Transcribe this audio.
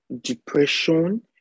depression